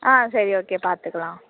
ஆ சரி ஓகே பார்த்துக்கலாம்